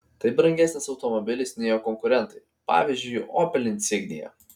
tai brangesnis automobilis nei jo konkurentai pavyzdžiui opel insignia